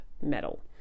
metal